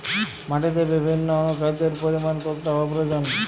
মাটিতে বিভিন্ন অনুখাদ্যের পরিমাণ কতটা হওয়া প্রয়োজন?